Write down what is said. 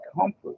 comfort